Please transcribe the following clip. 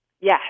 Yes